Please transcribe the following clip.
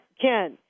Ken